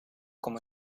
como